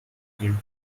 him